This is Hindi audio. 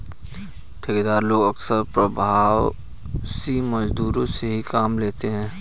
ठेकेदार लोग अक्सर प्रवासी मजदूरों से ही काम लेते हैं